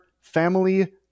family